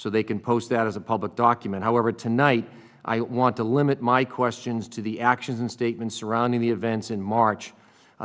so they can post that as a public document however tonight i want to limit my questions to the actions and statements surrounding the events in march